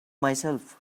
myself